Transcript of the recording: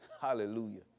hallelujah